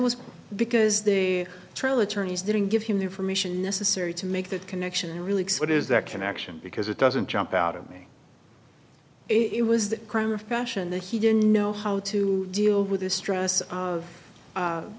was because the trial attorneys didn't give him the information necessary to make that connection really is that connection because it doesn't jump out of me it was the crime of passion that he didn't know how to deal with the stress of